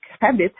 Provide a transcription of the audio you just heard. habit